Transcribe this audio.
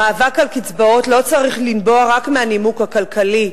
המאבק על קצבאות לא צריך לנבוע רק מהנימוק הכלכלי,